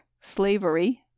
slavery